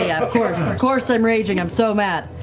yeah, of course, of course i'm raging, i'm so mad.